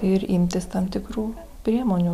ir imtis tam tikrų priemonių